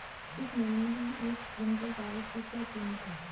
इस महीने एक क्विंटल चावल की क्या कीमत है?